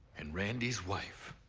and randy's wife,